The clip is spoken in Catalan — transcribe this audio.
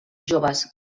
joves